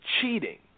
cheating